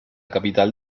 capital